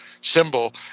symbol